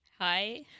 Hi